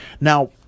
now